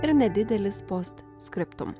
ir nedidelis post skriptum